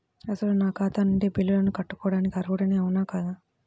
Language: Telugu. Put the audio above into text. అసలు నా ఖాతా నుండి బిల్లులను కట్టుకోవటానికి అర్హుడని అవునా కాదా?